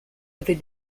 avez